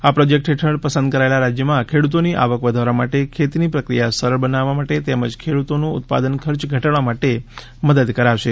આ પ્રોજેક્ટ હેઠળ પસંદ કરાયેલા રાજ્યોમાં ખેડૂતોની આવક વધારવા માટે ખેતીની પ્રક્રિયા સરળ બનાવવા માટે તેમજ ખેડૂતોનું ઉત્પાદન ખર્ચ ઘટાડવા માટે મદદ કરાશે